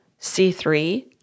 C3